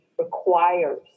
requires